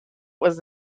was